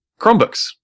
Chromebooks